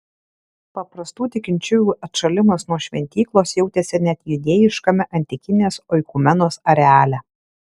paprastų tikinčiųjų atšalimas nuo šventyklos jautėsi net judėjiškame antikinės oikumenos areale